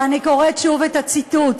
אני קוראת שוב את הציטוט,